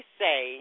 say